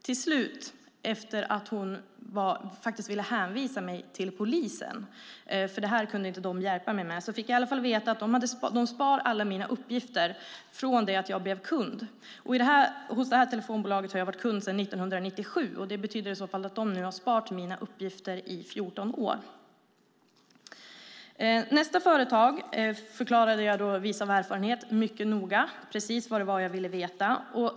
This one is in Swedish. Till slut, efter att hon velat hänvisa mig till polisen därför att hon inte kunde hjälpa mig med detta, fick jag i alla fall veta att de sparat alla mina uppgifter från det att jag blev kund. Hos detta telefonbolag har jag varit kund sedan 1997. Det betyder i så fall att de har sparat mina uppgifter i 14 år. För nästa företag förklarade jag, vis av erfarenhet, mycket noga precis vad det var jag ville veta.